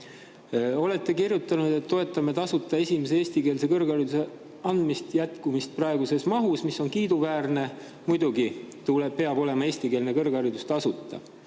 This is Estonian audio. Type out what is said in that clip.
olete kirjutanud, et toetate tasuta esimese eestikeelse kõrghariduse andmise jätkumist praeguses mahus, mis on kiiduväärne. Muidugi peab olema eestikeelne kõrgharidus tasuta.